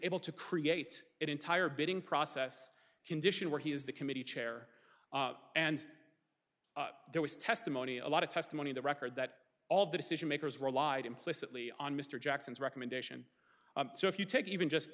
able to create an entire bidding process condition where he is the committee chair and there was testimony a lot of testimony the record that all of the decision makers were allied implicitly on mr jackson's recommendation so if you take even just